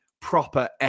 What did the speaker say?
proper